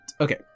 Okay